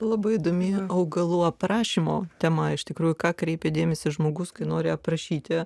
labai įdomi augalų aprašymo tema iš tikrųjų ką kreipė dėmesį žmogus kai nori aprašyti